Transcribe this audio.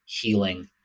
healing